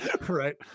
right